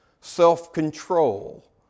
self-control